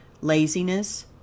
Laziness